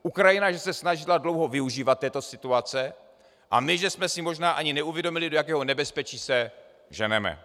Ukrajina, že se snažila dlouho využívat této situace, a my, že jsme si možná ani neuvědomili, do jakého nebezpečí se ženeme.